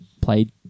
played